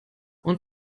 und